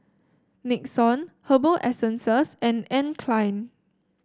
Nixon Herbal Essences and Anne Klein